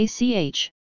ACH